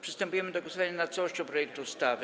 Przystępujemy do głosowania nad całością projektu ustawy.